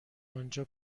آنجا